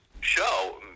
show